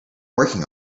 working